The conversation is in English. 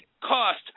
cost